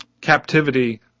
captivity